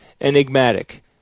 enigmatic